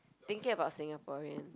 thinking about Singaporean